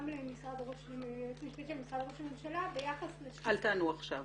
גם ליועצת המשפטית של משרד ראש הממשלה ביחס ל --- אל תענו עכשיו,